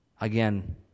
Again